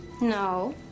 No